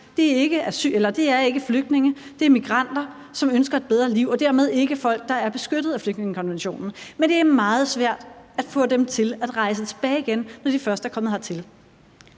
ikke er flygtninge; det er migranter, som ønsker et bedre liv, og dermed ikke folk, der er beskyttet af flygtningekonventionen. Men det er meget svært at få dem til at rejse tilbage igen, når de først er kommet hertil.